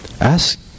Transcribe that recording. ask